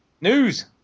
News